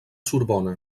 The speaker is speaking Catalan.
sorbona